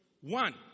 one